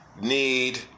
need